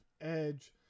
edge